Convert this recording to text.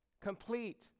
complete